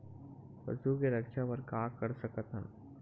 पशु के रक्षा बर का कर सकत हन?